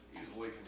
easily